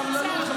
סבלנות.